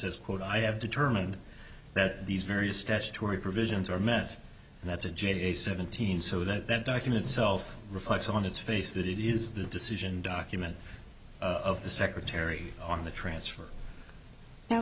as quote i have determined that these various statutory provisions are meant that's a j seventeen so that that document self reflects on its face that it is the decision document of the secretary on the transfer now